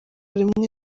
rimwe